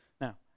Now